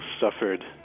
suffered